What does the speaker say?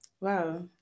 Wow